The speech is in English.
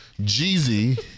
Jeezy